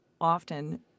Often